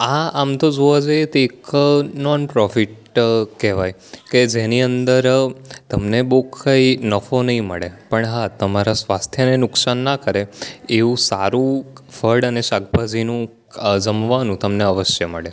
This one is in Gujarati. આ આમ તો જોવા જઈએ તો એક નોન પ્રોફિટ કહેવાય કે જેની અંદર તમને બહુ કંઈ નફો નહીં મળે પણ હા તમારા સ્વાસ્થ્યને નુકસાન ના કરે એવું સારું ફળ અને શાકભાજીનું જમવાનું તમને અવશ્ય મળે